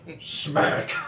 Smack